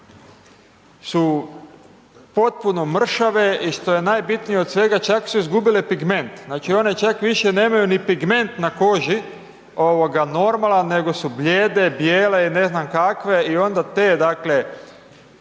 su potpuno mršave i što je najbitnije od svega, čak su izgubile pigment, znači, one čak više nemaju ni pigment na koži normalan, nego su blijede, bijele, ne znam kakve i onda te, dakle,